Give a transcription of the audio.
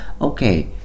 Okay